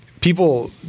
people